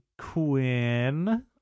Quinn